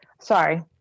sorry